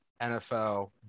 NFL